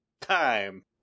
Time